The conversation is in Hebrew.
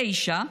תשע,